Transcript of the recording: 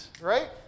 Right